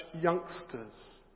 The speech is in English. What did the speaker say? youngsters